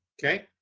okay?